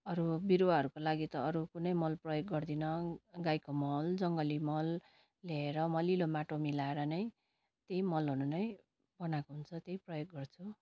अरू विरूवाहरूको लागि त अरू कुनैै मल प्रयोग गर्दिनँ गाईको मल जङ्गली मल ल्याएर मलिलो माटो मिलाएर नै त्यही मलहरू नै बनाएको हुन्छ त्यही प्रयोग गर्छु